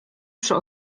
przy